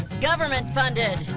Government-funded